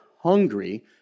hungry